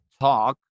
talk